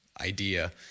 idea